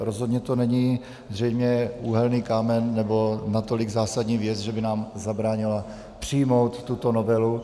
Rozhodně to není zřejmě úhelný kámen nebo natolik zásadní věc, že by nám zabránila přijmout tuto novelu.